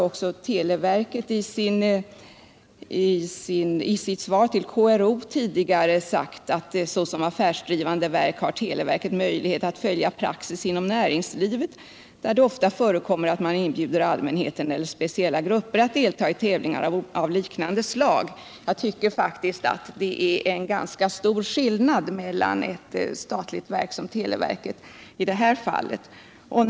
Även televerket har i sitt tidigare svar till KRO framhållit att det såsom affärsdrivande verk har möjlighet att följa praxis inom näringslivet, där det ofta förekommer att man inbjuder allmänheten eller speciella grupper att delta i tävlingar av liknande slag. Jag tycker faktiskt att det är ganska stor skillnad mellan ett statligt verk som televerket och privata företag.